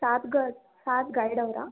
ಸಾದ್ ಗ ಸಾದ್ ಗೈಡವರಾ